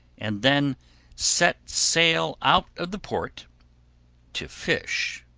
and then set sail out of the port to fish.